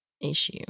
issue